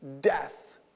death